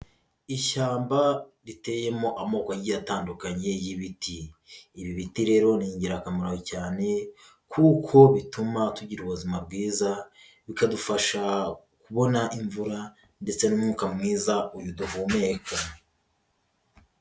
Ishyamba riteyemo amoko agiye atandukanye y'ibiti, ibi biti rero ni ingirakamaro cyane kuko bituma tugira ubuzima bwiza bikadufasha kubona imvura ndetse n'umwuka mwiza uyu duhumeka.